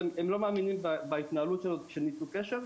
הם לא מאמינים בהתנהלות של ניתוק קשר.